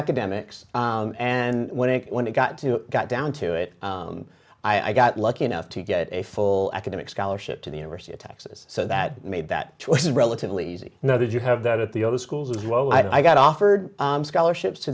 academics and when it when it got to got down to it i got lucky enough to get a full academic scholarship to the university of texas so that made that choice relatively easy know that you have that at the open schools as well i got offered scholarships to